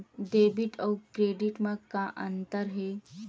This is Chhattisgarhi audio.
डेबिट अउ क्रेडिट म का अंतर हे?